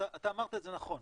אתה אמרת את זה נכון,